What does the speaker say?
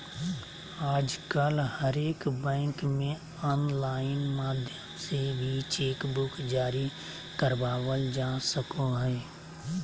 आजकल हरेक बैंक मे आनलाइन माध्यम से भी चेक बुक जारी करबावल जा सको हय